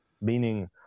meaning